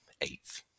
eighth